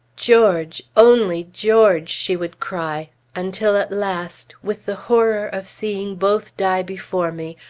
george! only george! she would cry until at last, with the horror of seeing both die before me,